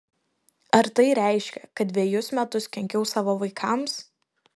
ar tai reiškia kad dvejus metus kenkiau savo vaikams